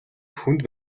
хүнд